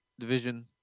division